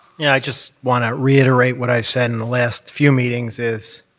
yeah. i just want to reiterate what i said in the last few meetings is